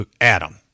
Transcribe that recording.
Adam